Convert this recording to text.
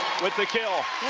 with the kill.